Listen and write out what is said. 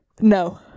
No